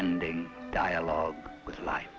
ending dialogue with li